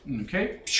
Okay